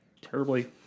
terribly